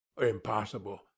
impossible